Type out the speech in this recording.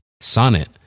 sonnet